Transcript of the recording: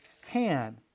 hand